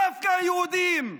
דווקא היהודים,